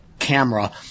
camera